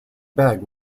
beg